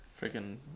Freaking